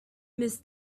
miss